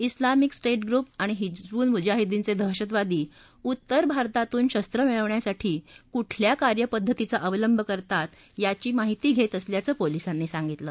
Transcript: उल्लामिक state group आणि हिजबुल मुजाहिद्दीनचे दहशतवादी उत्तर भारतातून शस्त्र मिळवण्यासाठी कुठल्या कार्यपद्धतीचा अवलंब करतात यांची माहिती घेतली जात असल्याचं पोलीसांनी सांगितलं